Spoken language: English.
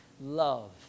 love